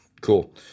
cool